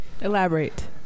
Elaborate